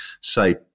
say